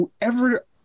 whoever